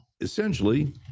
essentially